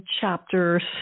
chapters